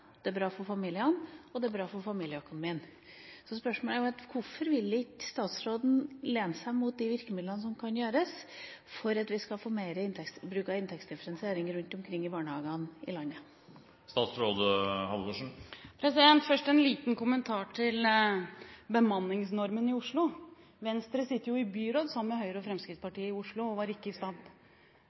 det er bra for familiene, og det er bra for familieøkonomien. Spørsmålet er: Hvorfor vil ikke statsråden lene seg mot de virkemidlene som gjør at vi får mer bruk av inntektsdifferensiering i barnehagene rundt omkring i landet? Først en liten kommentar til bemanningsnormen i Oslo. Venstre sitter jo i byrådet i Oslo sammen med Høyre og Fremskrittspartiet og … Nei, vi gjør ikke det. … støtter byrådet i Oslo og